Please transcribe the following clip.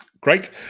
Great